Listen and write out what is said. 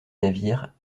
navire